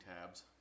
tabs